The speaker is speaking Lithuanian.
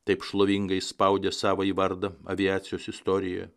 taip šlovingai spaudė savąjį vardą aviacijos istorijoje